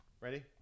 ready